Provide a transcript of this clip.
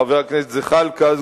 חבר הכנסת זחאלקה,